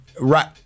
Right